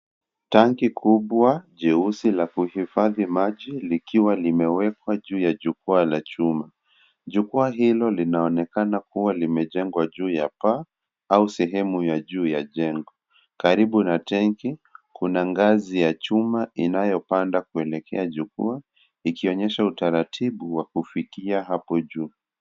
Tangi kubwa jeusi ya kuifathi maji likiwa limewekwa juu ya jukwa la chuma. Jukwa hilo linaonekana kuwa limejengwa juu ya paa au sehemu ya juu ya jengo. Karibu na tengi kuna ngazi ya chuma inayo panda kuelekea jukwa, ikionyesha utaratibu wa kufikia hapo juu.